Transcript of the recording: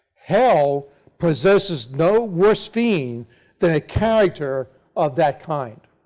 hell possesses no worse fiend than a character of that kind.